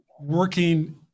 working